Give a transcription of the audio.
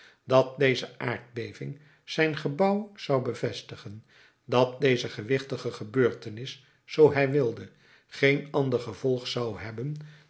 dat deze aardbeving zijn gebouw zou bevestigen dat deze gewichtige gebeurtenis zoo hij wilde geen ander gevolg zou hebben